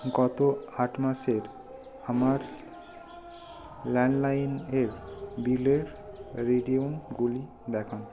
গত আট মাসের আমার ল্যান্ডলাইন এর বিলের রিডিংগুলি দেখান